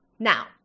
Now